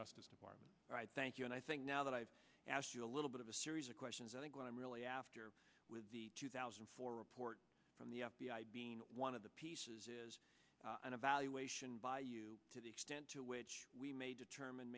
justice department thank you and i think now that i've asked you a little bit of a series of questions i think what i'm really after with the two thousand and four report from the f b i being one of the pieces is an evaluation by you to the extent to which we may determine